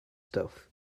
stuff